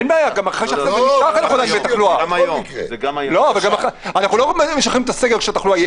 אין בעיה --- הרי אנחנו לא משחררים את הסגר ---.